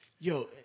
Yo